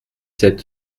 sept